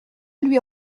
lui